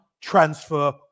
transfer